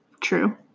true